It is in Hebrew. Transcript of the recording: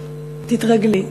תתרגלי.